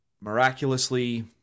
miraculously